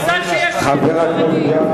חבר הכנסת גפני.